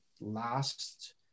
last